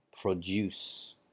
produce